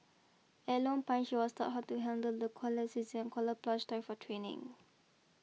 at Lone Pine she was taught how to handle the koalas a koala plush toy for training